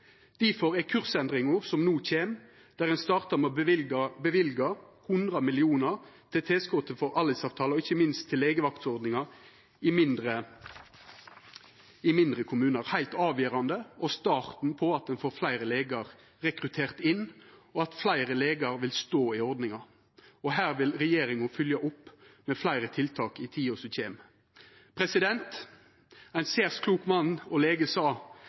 Difor er kursendringa som no kjem – der ein startar med å løyva 100 mill. kr til tilskotet for ALIS-avtalar og ikkje minst til legevaktsordningar i mindre kommunar – heilt avgjerande og starten på at ein får fleire legar rekrutterte inn, og at fleire legar vil stå i ordninga. Her vil regjeringa fylgja opp med fleire tiltak i tida som kjem. Ein særs klok mann og lege sa: